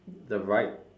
the right